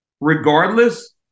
regardless